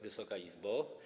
Wysoka Izbo!